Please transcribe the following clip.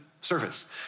service